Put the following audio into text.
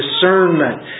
discernment